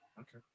Okay